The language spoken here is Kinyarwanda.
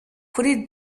kuri